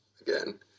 again